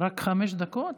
רק חמש דקות?